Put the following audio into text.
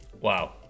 Wow